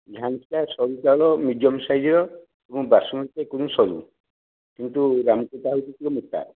ଝାନ୍ସି ଟା ସରୁ ଚାଉଳ ମିଡିୟମ୍ ସାଇଜ୍ର ଏବଂ ବାସୁମତି ଏକଦମ୍ ସରୁ କିନ୍ତୁ ରାମକୋଟା ହେଉଛି ଟିକେ ମୋଟା